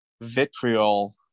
vitriol